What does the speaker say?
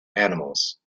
animals